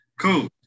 Cool